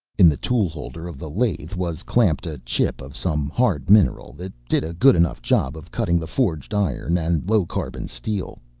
in the tool holder of the lathe was clamped a chip of some hard mineral that did a good enough job of cutting the forged iron and low-carbon steel.